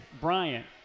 Bryant